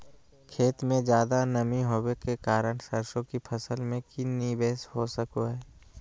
खेत में ज्यादा नमी होबे के कारण सरसों की फसल में की निवेस हो सको हय?